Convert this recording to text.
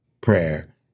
Prayer